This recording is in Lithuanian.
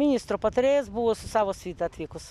ministro patarėjas bus savo svita atvykus